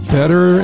better